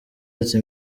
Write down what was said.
ati